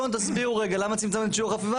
תסבירו רגע למה צמצמתם את שיעור החפיפה